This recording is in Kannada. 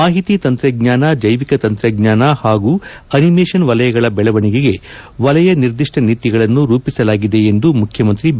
ಮಾಹಿತಿ ತಂತ್ರಜ್ಞಾನ ಜೈವಿಕ ತಂತ್ರಜ್ಞಾನ ಹಾಗೂ ಅನಿಮೇಷನ್ ವಲಯಗಳ ಬೆಳವಣಿಗೆಗೆ ವಲಯ ನಿರ್ದಿಷ್ಟ ನೀತಿಗಳನ್ನು ರೂಪಿಸಲಾಗಿದೆ ಎಂದು ಮುಖ್ಯಮಂತ್ರಿ ಬಿ